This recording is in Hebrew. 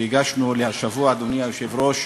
שהגשנו השבוע, אדוני היושב-ראש,